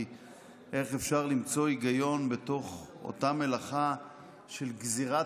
כי איך אפשר למצוא היגיון בתוך אותה מלאכה של גזירת